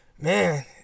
man